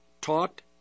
taught